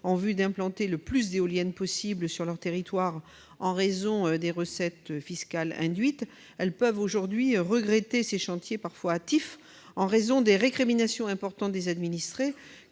en vue d'implanter le plus d'éoliennes possible sur leur territoire en raison des recettes fiscales induites, elles peuvent aujourd'hui regretter ces chantiers parfois hâtifs compte tenu des récriminations importantes des administrés,